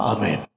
Amen